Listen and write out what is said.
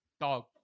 dog